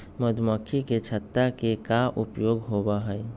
मधुमक्खी के छत्ता के का उपयोग होबा हई?